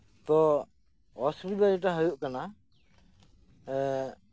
ᱛᱚ ᱚᱥᱩᱵᱤᱫᱷᱟ ᱡᱮᱴᱟ ᱦᱩᱭᱩᱜ ᱠᱟᱱᱟ